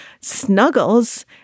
Snuggles